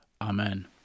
Amen